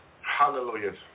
Hallelujah